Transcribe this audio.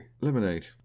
lemonade